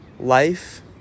Life